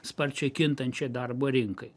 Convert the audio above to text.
sparčiai kintančiai darbo rinkai